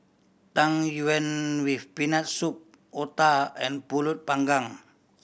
Tang Yuen with Peanut Soup otah and Pulut Panggang